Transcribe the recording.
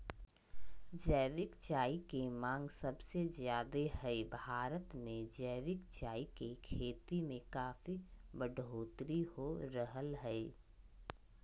जैविक चाय के मांग सबसे ज्यादे हई, भारत मे जैविक चाय के खेती में काफी बढ़ोतरी हो रहल हई